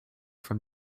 from